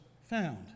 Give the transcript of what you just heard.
found